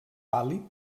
pàl·lid